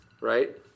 right